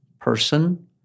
person